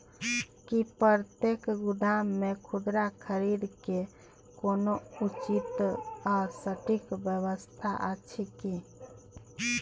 की प्रतेक गोदाम मे खुदरा खरीद के कोनो उचित आ सटिक व्यवस्था अछि की?